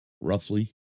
roughly